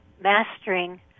mastering